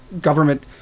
government